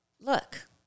look